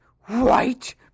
white